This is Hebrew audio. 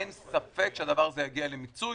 אין ספק שהדבר הזה יגיע למיצוי,